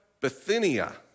Bithynia